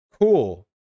Cool